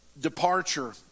departure